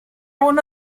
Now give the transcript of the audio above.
uno